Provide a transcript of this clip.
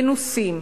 מנוסים,